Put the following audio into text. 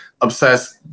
obsessed